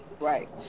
Right